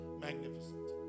magnificent